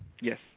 Yes